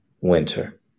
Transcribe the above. winter